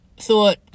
thought